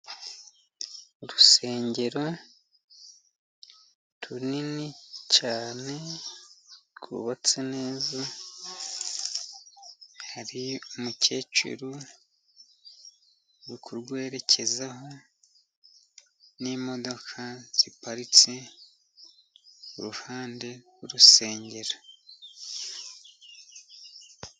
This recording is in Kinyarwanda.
Urusengero runini cyane rwubatse neza, hari umukecuru uri kurwerekezaho n' imodoka ziparitse iruhande rw' urusengero.